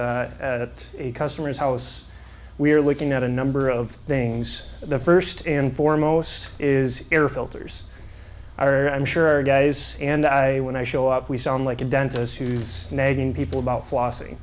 at a customer's house we're looking at a number of things the first and foremost is air filters are i'm sure our guys and i when i show up we sound like a dentist who's snagging people about